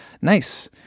Nice